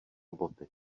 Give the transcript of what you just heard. boty